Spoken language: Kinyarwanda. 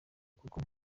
kuko